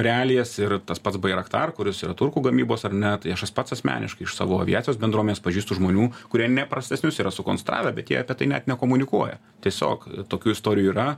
realijas ir tas pats bairaktar kuris yra turkų gamybos ar ne tai aš pats asmeniškai iš savo aviacijos bendruomenės pažįstu žmonių kurie ne prastesnius yra sukonstravę bet jei apie tai net nekomunikuoja tiesiog tokių istorijų yra